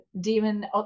demon